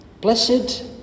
Blessed